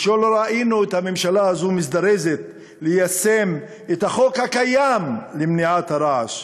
ולא ראינו את הממשלה הזו מזדרזת ליישם את החוק הקיים למניעת הרעש?